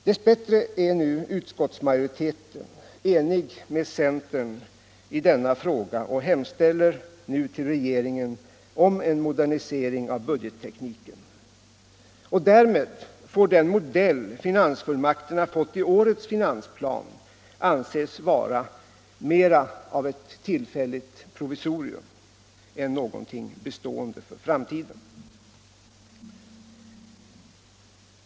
Dess bättre är utskottsmajoriteten enig med centern i denna fråga och hemställer nu till regeringen om en modernisering av budgettekniken. Därmed kan den modell finansfullmakterna fått i årets finansplan anses vara mera ett provisorium än någonting för framtiden bestående.